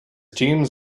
teams